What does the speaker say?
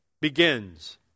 begins